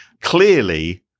Clearly